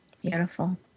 Beautiful